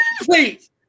please